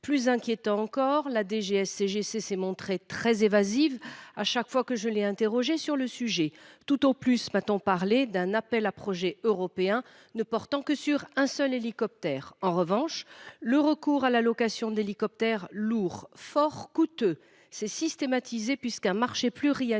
la gestion des crises (DGSCGC) s’est montrée très évasive à chaque fois que je l’ai interrogée sur le sujet. Tout au plus m’a t on parlé d’un appel à projets européen ne portant que sur un seul hélicoptère lourd. En revanche, le recours à la location d’hélicoptères lourds, fort coûteux, s’est systématisé, puisqu’un marché pluriannuel